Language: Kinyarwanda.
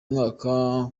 mwaka